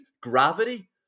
gravity